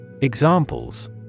Examples